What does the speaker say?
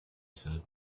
said